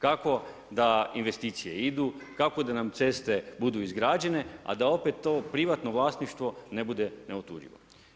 Kako da investicije idu, kako da nam ceste budu izgrađene, a da opet to privatno vlasništvo ne bude neotuđivo.